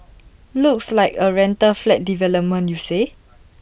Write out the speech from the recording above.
looks like A rental flat development you say